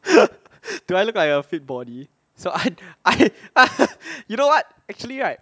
do I look like a fit body so I I you know what actually right